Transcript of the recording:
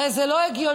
הרי זה לא הגיוני.